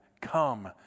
Come